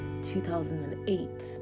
2008